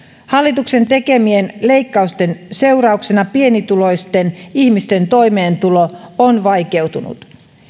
hallituksen tekemien leik kausten seurauksena pienituloisten ihmisten toimeentulo on vaikeutunut